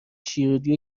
شیرودی